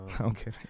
okay